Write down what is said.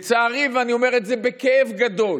לצערי, ואני אומר את זה בכאב גדול,